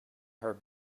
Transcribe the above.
her